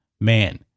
man